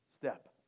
step